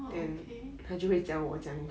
orh okay